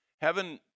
Heaven